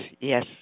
yes